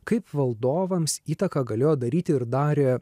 kaip valdovams įtaką galėjo daryti ir darė